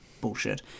bullshit